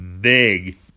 big